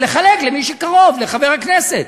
ולחלק למי שקרוב לחבר הכנסת,